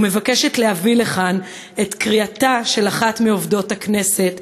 ומבקשת להביא לכאן את קריאתה של אחת מעובדות הכנסת,